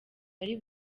wari